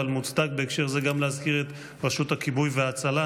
אבל מוצדק בהקשר זה גם להזכיר את רשות הכיבוי וההצלה,